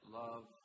love